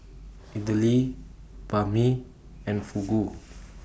Idili Banh MI and Fugu